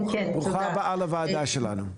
ברוכה הבאה לוועדה שלנו.